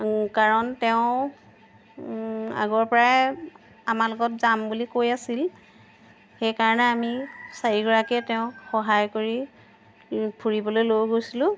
কাৰণ তেওঁ আগৰপৰাই আমাৰ লগত যাম বুলি কৈ আছিল সেইকাৰণে আমি চাৰিগৰাকীয়ে তেওঁক সহায় কৰি ফুৰিবলৈ লৈ গৈছিলোঁ